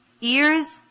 ears